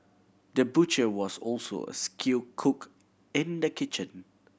the butcher was also a skilled cook in the kitchen